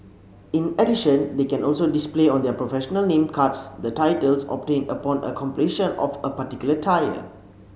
in addition they can also display on their professional name cards the titles obtained upon a completion of a particular tire